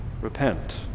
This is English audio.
Repent